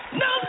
no